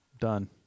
Done